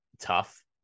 tough